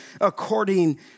according